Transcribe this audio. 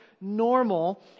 normal